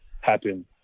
happen